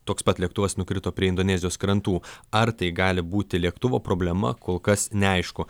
toks pat lėktuvas nukrito prie indonezijos krantų ar tai gali būti lėktuvo problema kol kas neaišku